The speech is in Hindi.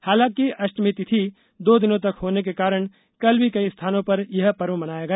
हालांकि अष्टमी तिथि दो दिनों तक होने के कारण कल भी कई स्थानों पर यह पर्व मनाया गया